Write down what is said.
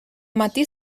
matí